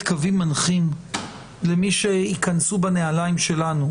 קווים מנחים למי שייכנסו בנעליים שלנו.